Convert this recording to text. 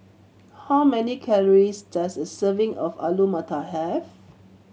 how many calories does a serving of Alu Matar have